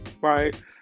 right